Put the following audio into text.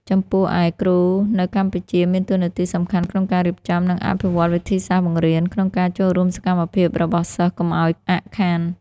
ចំពោះឯ គ្រូនៅកម្ពុជា មានតួនាទីសំខាន់ក្នុងការរៀបចំ និងអភិវឌ្ឍវិធីសាស្ត្របង្រៀន ក្នុងការចូលរួមសកម្មភាពរបស់សិស្សកុំឱ្យអាក់ខាន។